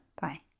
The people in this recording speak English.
bye